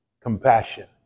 compassion